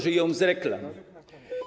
Żyją z reklam.